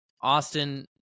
Austin